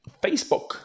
Facebook